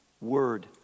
word